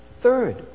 third